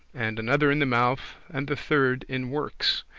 and another in the mouth, and the third in works.